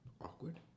awkward